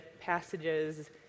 passages